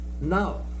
Now